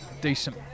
decent